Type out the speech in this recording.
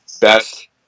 best